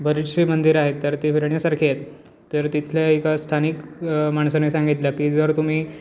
बरेचसे मंदिरं आहेत तर ते फिरण्यासारखे आहेत तर तिथल्या एका स्थानिक माणसाने सांगितलं की जर तुम्ही